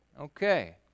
Okay